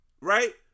right